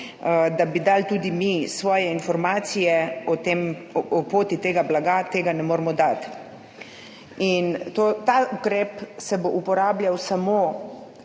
da bi dali tudi mi svoje informacije o poti tega blaga, tega ne moremo dati. Ta ukrep se bo uporabljal samo,